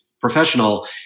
Professional